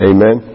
Amen